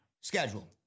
schedule